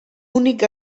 únic